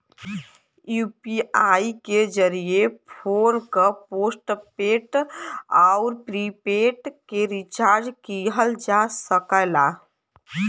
UPI के जरिये phone क पोस्टपेड आउर प्रीपेड के रिचार्ज किहल जा सकला